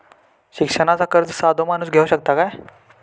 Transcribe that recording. शिक्षणाचा कर्ज साधो माणूस घेऊ शकता काय?